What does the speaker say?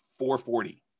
440